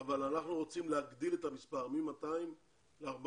אבל אנחנו רוצים להגדיל את המספר מ-200 ל-400.